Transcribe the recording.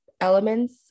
elements